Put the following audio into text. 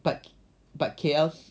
but but K_L